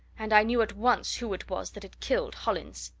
and i knew at once who it was that had killed hollins.